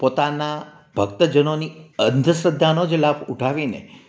પોતાના ભક્તજનોની અંધશ્રદ્ધાનો લાભ ઉઠાવીને